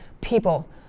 People